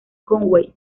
conway